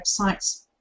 websites